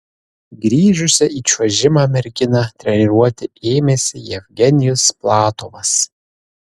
grįžusią į čiuožimą merginą treniruoti ėmėsi jevgenijus platovas